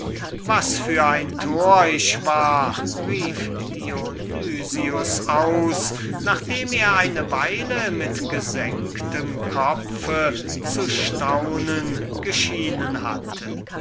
was für ein tor ich war rief dionys aus nachdem er eine weile mit gesenktem kopf zu staunen geschienen hatte